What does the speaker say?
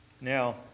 Now